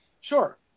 Sure